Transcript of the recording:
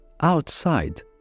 outside